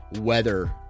weather